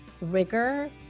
rigor